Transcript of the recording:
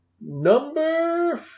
Number